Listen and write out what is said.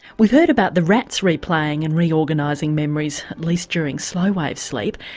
we've heard about the rats replaying and reorganising memories, at least during slow wave sleep.